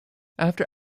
after